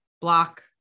block